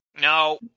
No